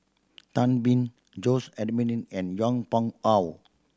Tan Been Jose and Yong Pung How